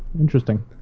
Interesting